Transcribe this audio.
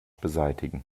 beseitigen